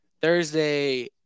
Thursday